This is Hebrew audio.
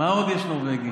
מה עוד יש נורבגי?